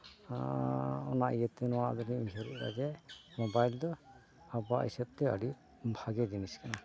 ᱟᱨ ᱚᱱᱟ ᱤᱭᱟᱹᱛᱮ ᱱᱚᱣᱟ ᱜᱮᱞᱤᱧ ᱩᱭᱦᱟᱹᱨᱮᱫᱼᱟ ᱡᱮ ᱢᱳᱵᱟᱭᱤᱞ ᱫᱚ ᱟᱵᱚᱣᱟᱜ ᱦᱤᱥᱟᱹᱵᱽᱛᱮ ᱟᱹᱰᱤ ᱵᱷᱟᱜᱮ ᱡᱤᱱᱤᱥ ᱠᱟᱱᱟ